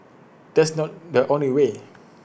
that's not the only way